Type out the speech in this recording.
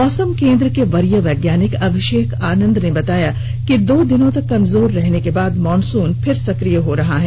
मौसम केंद्र के वरीय वैज्ञानिक अभिषेक आनंद ने बताया कि दो दिनों तक कमजोर रहने के बाद मॉनसून फिर सक्रिय हो रहा है